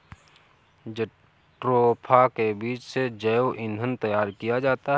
jatropha के बीज से जैव ईंधन तैयार किया जाता है